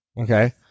Okay